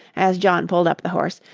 as john pulled up the horse,